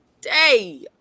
day